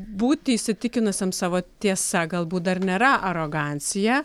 būti įsitikinusiam savo tiesa galbūt dar nėra arogancija